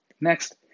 Next